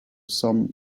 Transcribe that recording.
some